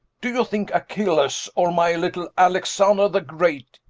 do you think achilles, or my little alexander the great,